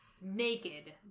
Naked